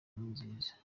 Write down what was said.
nkurunziza